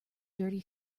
dirty